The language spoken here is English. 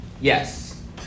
Yes